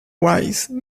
wise